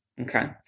okay